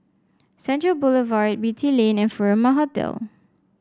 Central Boulevard Beatty Lane and Furama Hotel